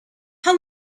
how